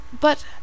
but